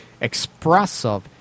expressive